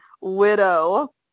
widow